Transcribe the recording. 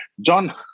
John